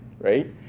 Right